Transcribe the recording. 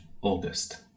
August